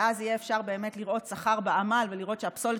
ואז יהיה אפשר לראות שכר בעמל ולראות שהפסולת